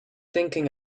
thinking